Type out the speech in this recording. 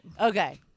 Okay